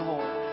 Lord